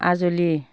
आज'लि